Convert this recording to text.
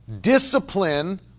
discipline